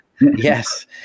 yes